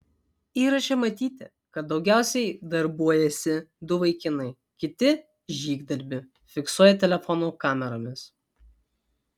įraše matyti kad daugiausiai darbuojasi du vaikinai kiti žygdarbį fiksuoja telefonų kameromis